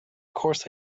course